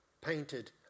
painted